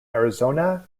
arizona